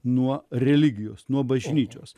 nuo religijos nuo bažnyčios